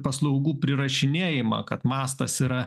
paslaugų prirašinėjimą kad mastas yra